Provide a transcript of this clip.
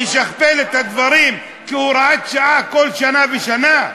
אשכפל את הדברים כהוראת שעה כל שנה ושנה?